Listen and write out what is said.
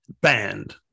banned